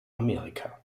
amerika